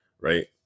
Right